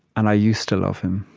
and i used to love him,